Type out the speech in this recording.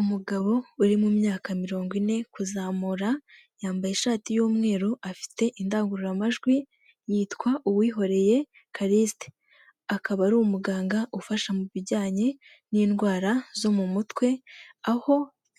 Umugabo uri mu myaka mirongo ine kuzamura yambaye ishati y'umweru afite indangururamajwi yitwa Uwihoreye Calixite akaba ari umuganga ufasha mu bijyanye n'indwara zo mu mutwe aho